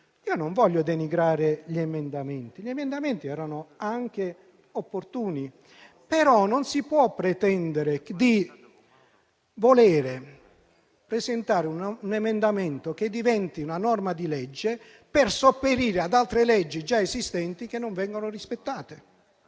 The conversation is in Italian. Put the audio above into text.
non voglio denigrare gli emendamenti. Gli emendamenti erano anche opportuni, però non si può pretendere di presentare un emendamento che diventi una norma di legge per sopperire ad altre leggi già esistenti che non vengono rispettate.